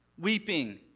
weeping